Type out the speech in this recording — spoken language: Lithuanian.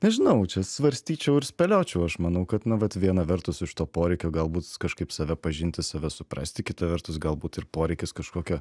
nežinau čia svarstyčiau ir spėliočiau aš manau kad nu vat viena vertus iš to poreikio galbūt kažkaip save pažinti save suprasti kita vertus galbūt ir poreikis kažkokio